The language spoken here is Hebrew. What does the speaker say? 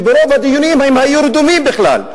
שברוב הדיונים הם היו רדומים בכלל,